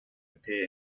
appear